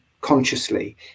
consciously